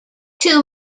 two